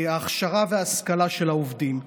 הכשרה והשכלה של העובדים.